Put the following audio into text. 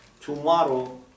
tomorrow